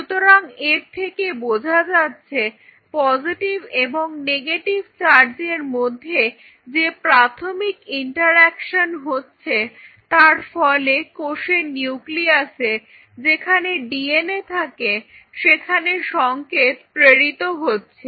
সুতরাং এর থেকে বোঝা যাচ্ছে পজেটিভ এবং নেগেটিভ চার্জের মধ্যে যে প্রাথমিক ইন্টারেকশন হচ্ছে তার ফলে কোষের নিউক্লিয়াসে যেখানে ডিএনএ থাকে সেখানে সংকেত প্রেরিত হচ্ছে